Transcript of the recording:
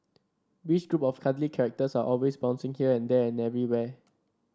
which group of cuddly characters are always bouncing here and there and everywhere